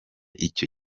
icyo